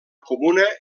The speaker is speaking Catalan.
comuna